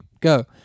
go